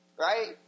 right